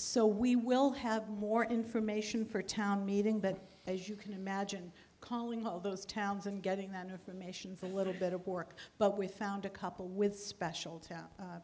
so we will have more information for town meeting but as you can imagine calling all those towns and getting that information for a little bit of work but we found a couple with special